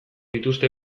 dituzte